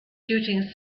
shooting